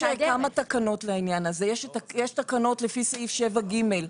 יש כמה תקנות לעניין הזה, יש תקנות לפי סעיף 7ג,